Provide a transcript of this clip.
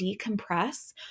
decompress